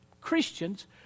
Christians